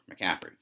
McCaffrey